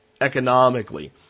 economically